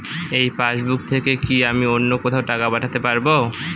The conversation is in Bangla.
এই পাসবুক থেকে কি আমি অন্য কোথাও টাকা পাঠাতে পারব?